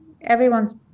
everyone's